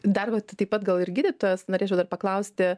darbo tai taip pat gal ir gydytojos norėčiau dar paklausti